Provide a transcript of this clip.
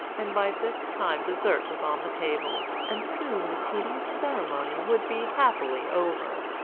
and by this time dessert was on the table, and soon the tedious ceremony would be happily over.